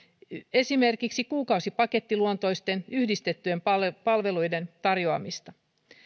esimerkiksi kuukausipakettiluontoisten yhdistettyjen palveluiden tarjoamista